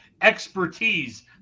expertise